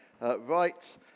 right